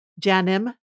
Janim